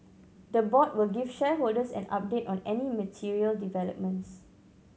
the board will give shareholders an update on any material developments